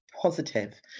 Positive